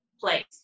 place